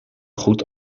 goed